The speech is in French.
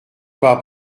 pas